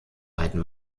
beiden